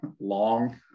long